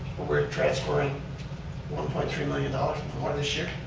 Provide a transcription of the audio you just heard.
where we're transferring one point three million dollars before this year?